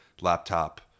laptop